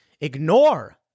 Ignore